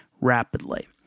rapidly